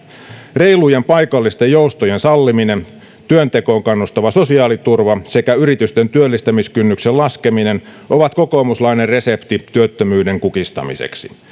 reilujen paikallisten joustojen salliminen työntekoon kannustava sosiaaliturva sekä yritysten työllistämiskynnyksen laskeminen ovat kokoomuslainen resepti työttömyyden kukistamiseksi